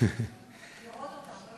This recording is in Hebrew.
לראות אותם,